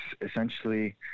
essentially